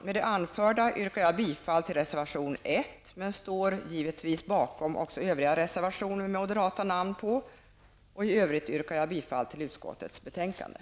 Med det anförda yrkar jag bifall till reservation 1, men jag står givetvis bakom även övriga reservationer med moderata namn. I övrigt yrkar jag bifall till hemställan i utskottsbetänkandet.